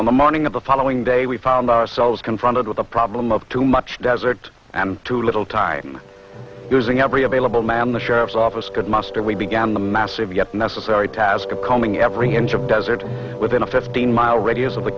on the morning of the following day we found ourselves confronted with a problem of too much desert and too little time using every available man the sheriff's office could muster we began the massive yet necessary task of coming every inch of desert within a fifteen mile radius of the